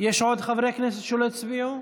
יש עוד חברי כנסת שלא הצביעו?